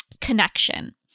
connection